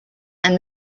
and